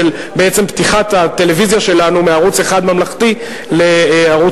של בעצם פתיחת הטלוויזיה שלנו מערוץ אחד ממלכתי לערוץ-2,